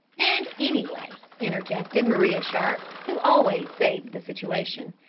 and anyway, interjected maria sharp, who always saved the situation,